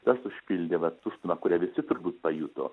tas užpildė vat tuštumą kurią visi turbūt pajuto